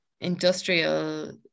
industrial